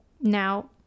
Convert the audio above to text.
Now